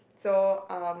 so um